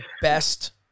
best